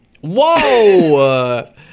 Whoa